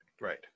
right